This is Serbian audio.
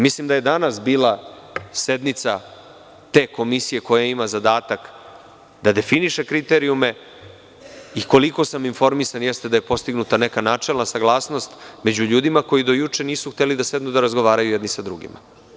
Mislim da je danas bila sednica te komisije koja ima zadatak da definiše kriterijume i koliko sam informisan, jeste da je postignuta neka načelna saglasnost među ljudima koji do juče nisu hteli da sednu da razgovaraju jedni sa drugima.